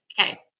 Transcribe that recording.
okay